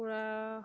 কুকুৰা